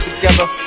together